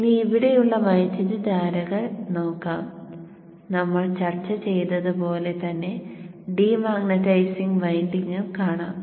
ഇനി ഇവിടെയുള്ള വൈദ്യുതധാരകൾ നോക്കാം നമ്മൾ ചർച്ച ചെയ്തതുപോലെ തന്നെ ഡീമാഗ്നെറ്റൈസിംഗ് വിൻഡിംഗും കാണാം